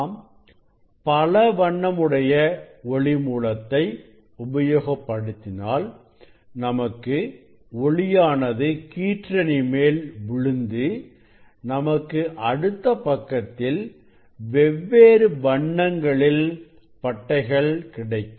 நாம் பல வண்ணம் உடைய ஒளி மூலத்தை உபயோகப்படுத்தினால் நமக்கு ஒளியானது கீற்றணி மேல் விழுந்து நமக்கு அடுத்த பக்கத்தில் வெவ்வேறு வண்ணங்களில் பட்டைகள் கிடைக்கும்